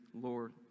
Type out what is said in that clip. Lord